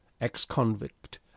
ex-convict